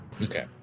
Okay